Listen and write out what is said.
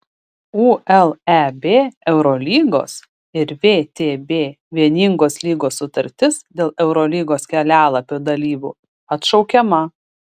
uleb eurolygos ir vtb vieningos lygos sutartis dėl eurolygos kelialapio dalybų atšaukiama